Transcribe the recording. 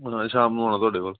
ਹਾਂ ਸ਼ਾਮ ਨੂੰ ਆਉਣਾ ਤੁਹਾਡੇ ਕੋਲ